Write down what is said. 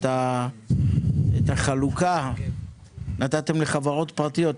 את החלוקה נתתם לחברות פרטיות,